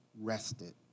rested